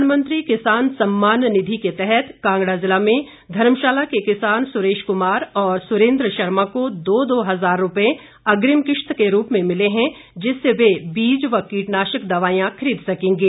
प्रधानमंत्री किसान सम्मान निधि के तहत कांगड़ा जिला में धर्मशाला के किसान सुरेश कुमार और सुरेंद्र शर्मा को दो दो हजार रुपये अग्रिम किश्त के रूप में मिले हैं जिससे वे बीज व कीटनाशक दवाईयां खरीद सकेंगे